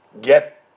get